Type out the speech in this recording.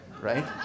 right